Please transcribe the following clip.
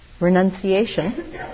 renunciation